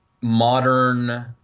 modern